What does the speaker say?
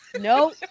Nope